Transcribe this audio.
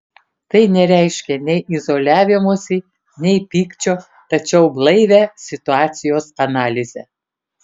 tai nereiškia nei izoliavimosi nei pykčio tačiau blaivią situacijos analizę